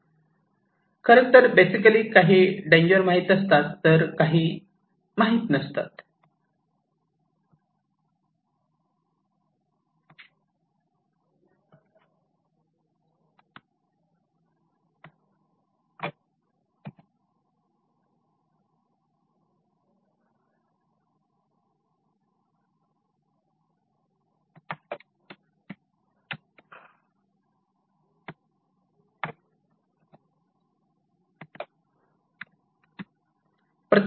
खरेतर बेसिकली काही डेंजर माहित असतात तर काही डेंजर माहित नसतात